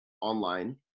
online